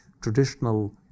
traditional